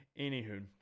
Anywho